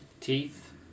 teeth